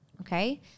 okay